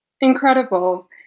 Incredible